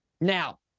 Now